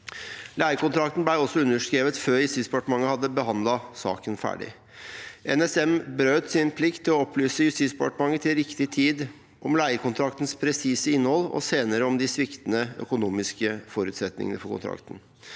Leiekontrakten ble også underskrevet før Justisdepartementet hadde behandlet saken ferdig. – NSM brøt sin plikt til å opplyse Justisdepartementet til riktig tid om leiekontraktens presise innhold og senere om de sviktende økonomiske forutsetningene for kontrakten.